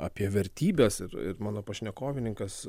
apie vertybes ir mano pašnekovininkas